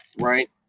right